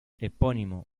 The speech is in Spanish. epónimo